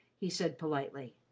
he said politely.